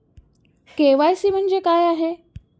KYC म्हणजे काय आहे?